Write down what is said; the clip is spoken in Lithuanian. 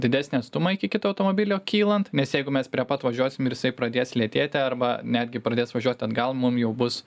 didesnį atstumą iki kito automobilio kylant nes jeigu mes prie pat važiuosim ir jisai pradės lėtėti arba netgi pradės važiuoti atgal mum jau bus